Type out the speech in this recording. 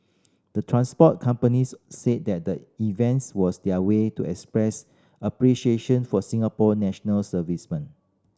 the transport companies said that the events was their way to express appreciation for Singapore national servicemen